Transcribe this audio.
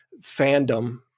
fandom